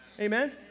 Amen